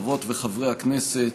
חברות וחברי הכנסת,